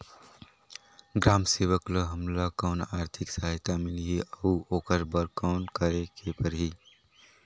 ग्राम सेवक ल हमला कौन आरथिक सहायता मिलही अउ ओकर बर कौन करे के परही?